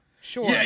sure